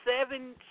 Seven